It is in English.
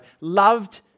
Loved